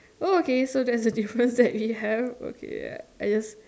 oh okay so that's the difference that we have okay I just